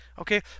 Okay